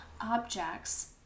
objects